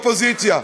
האופוזיציה,